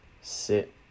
sit